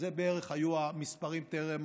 ו-200,000, אלה בערך היו המספרים טרם